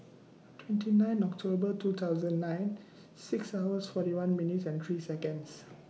twenty nine October two thousand nine six hours forty one minutes and three Seconds